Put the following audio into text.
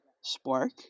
spark